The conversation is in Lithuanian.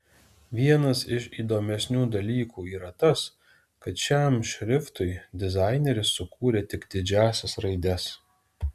vienas iš įdomesnių dalykų yra tas kad šiam šriftui dizaineris sukūrė tik didžiąsias raides